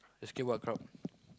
escape what crowd